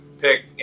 pick